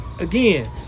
again